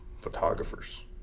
photographers